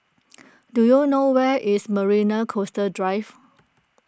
do you know where is Marina Coastal Drive